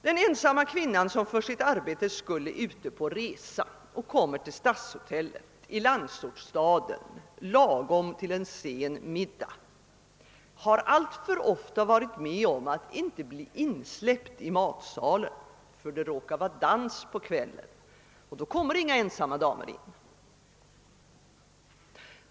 Den ensamma kvinna som för sitt arbetes skull är ute på resa och kommer till stadshotellet i landsortsstaden lagom till en sen middag har alltför ofta varit med om att inte bli insläppt i matsalen, därför att det råkat vara dans på kvällen — och då kommer inga ensamma damer in!